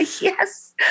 Yes